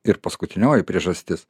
ir paskutinioji priežastis